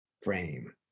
frame